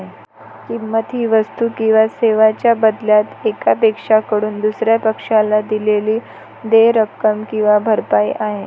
किंमत ही वस्तू किंवा सेवांच्या बदल्यात एका पक्षाकडून दुसर्या पक्षाला दिलेली देय रक्कम किंवा भरपाई आहे